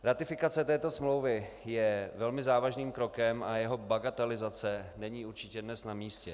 Ratifikace této smlouvy je velmi závažným krokem a jeho bagatelizace není určitě dnes namístě.